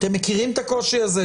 אתם מכירים את הקושי הזה?